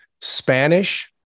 Spanish